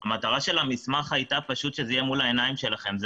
והמטרה של המסמך הייתה שזה יהיה מול העיניים שלכם.